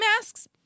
masks